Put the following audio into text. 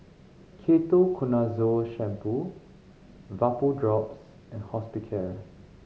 Ketoconazole Shampoo Vapodrops and Hospicare